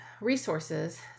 resources